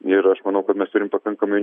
ir aš manau kad mes turim pakankamai